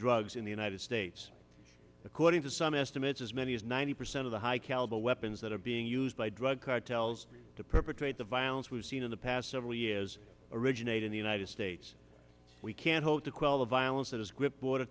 drugs in the united states according to some estimates as many as ninety percent of the high caliber weapons that are being used by drug cartels to perpetrate the violence we've seen in the past several years originate in the united states we can't hope to quell the violence that has gripped border